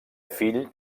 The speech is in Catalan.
fill